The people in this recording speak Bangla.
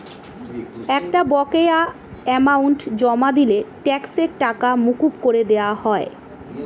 একটা বকেয়া অ্যামাউন্ট জমা দিলে ট্যাক্সের টাকা মকুব করে দেওয়া হয়